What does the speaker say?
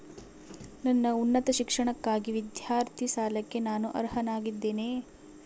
ನನ್ನ ಉನ್ನತ ಶಿಕ್ಷಣಕ್ಕಾಗಿ ವಿದ್ಯಾರ್ಥಿ ಸಾಲಕ್ಕೆ ನಾನು ಅರ್ಹನಾಗಿದ್ದೇನೆಯೇ?